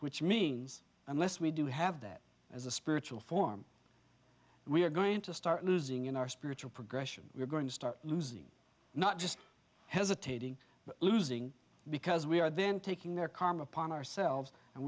which means unless we do have that as a spiritual form we're going to start losing in our spiritual progression we're going to start losing not just hesitating but losing because we are then taking their karma upon ourselves and